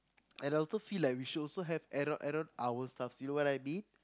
and I also feel like we should also have add on add on hours stuffs you know what I mean